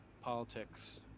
politics